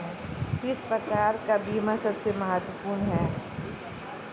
किस प्रकार का बीमा सबसे महत्वपूर्ण है?